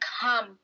come